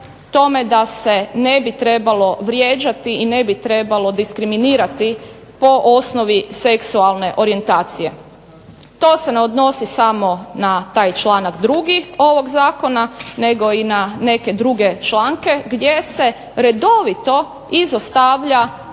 tome da se ne bi trebalo vrijeđati i ne bi trebalo diskriminirati po osnovi seksualne orijentacije. To se ne odnosi samo na taj članak 2. ovog Zakona nego i na neke druge članke gdje se redovito izostavlja,